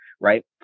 right